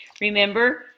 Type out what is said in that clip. remember